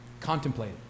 Contemplate